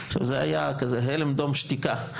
זה היה הלם דום שתיקה.